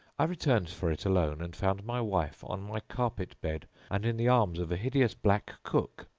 i returned for it alone and found my wife on my carpet bed and in the arms of a hideous black cook.